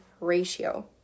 ratio